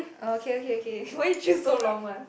uh okay okay okay why you choose so long one